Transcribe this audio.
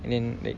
and then like